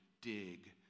dig